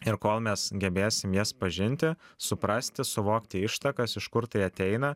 ir kol mes gebėsim jas pažinti suprasti suvokti ištakas iš kur tai ateina